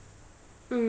mmhmm